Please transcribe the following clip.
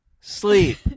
sleep